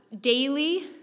daily